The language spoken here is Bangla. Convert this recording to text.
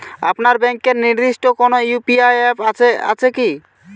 আপনার ব্যাংকের নির্দিষ্ট কোনো ইউ.পি.আই অ্যাপ আছে আছে কি?